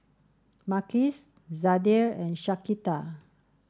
Marquez Zadie and Shaquita